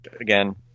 again